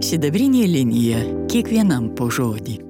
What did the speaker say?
sidabrinė linija kiekvienam po žodį